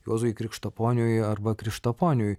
juozui krikštaponiui arba krištaponiui